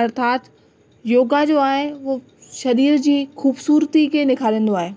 अर्थात योगा जो आहे उहो शरीर जी खूबसूरती खे निखारींदो आहे